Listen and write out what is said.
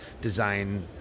design